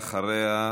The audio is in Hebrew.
ואחריה,